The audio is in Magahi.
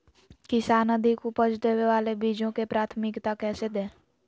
किसान अधिक उपज देवे वाले बीजों के प्राथमिकता कैसे दे?